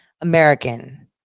American